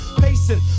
Pacing